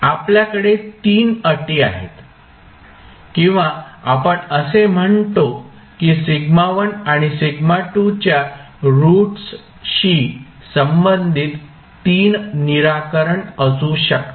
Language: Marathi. आपल्याकडे 3 अटी आहेत किंवा आपण असे म्हणतो की σ1 आणि σ2 च्या रूट्सशी संबंधित 3 निराकरण असू शकतात